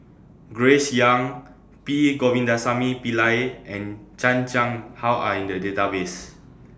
Grace Young P Govindasamy Pillai and Chan Chang How Are in The Database